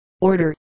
order